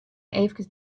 efkes